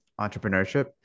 entrepreneurship